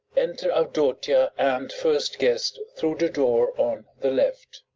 enter avdotia and first guest through the door on the left.